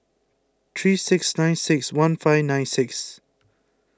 three six nine six one five nine six